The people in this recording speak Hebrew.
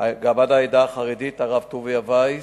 העדה החרדית, הרב טוביה וייס.